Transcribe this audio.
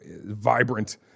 vibrant